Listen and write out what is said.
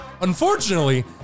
Unfortunately